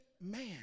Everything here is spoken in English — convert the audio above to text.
man